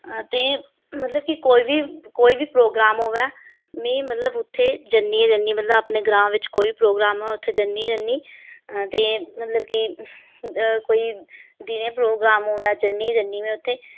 ते मतलब कि कोई बी कोई बी प्रोगाम होऐ मी मतलब उत्थें जन्नी आं जन्नी मतलब अपने ग्रांऽ बिच्च कोई बी प्रोगाम होऐ उत्थें जन्नी गै जन्नी ते मतलब कि कोई दिने प्रोगाम होऐ जन्नी गै जन्नी में उत्थें